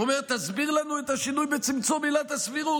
הוא אומר: תסביר לנו את השינוי בצמצום עילת הסבירות.